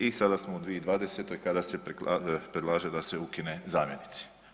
I sada smo u 2020. kada se predlaže da se ukinu zamjenici.